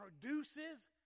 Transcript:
produces